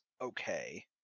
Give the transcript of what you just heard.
okay